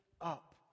up